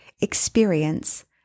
experience